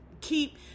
keep